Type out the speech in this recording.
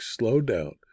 slowdown